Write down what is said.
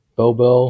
Bobo 。